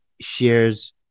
shares